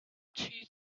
two